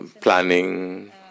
planning